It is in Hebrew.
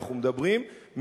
אנחנו מדברים,